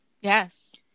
Yes